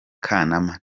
kanama